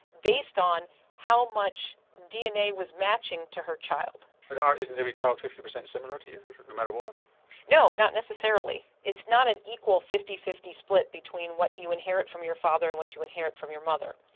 based on how much dna was matching to her child. but isn't every child fifty percent similar to you, no matter what? no, not necessarily. it's not an equal fifty fifty split between what you inherit from your father and what you inherit from your mother.